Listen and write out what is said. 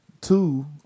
Two